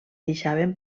deixaven